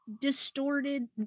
distorted